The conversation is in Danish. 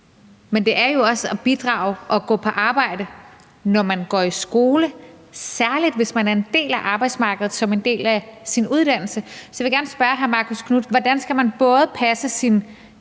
Men det er jo også at bidrage og at gå på arbejde, når man går i skole, særlig hvis man er en del af arbejdsmarkedet som en del af sin uddannelse. Så jeg vil gerne spørge hr. Marcus Knuth: Hvordan skal man både passe sin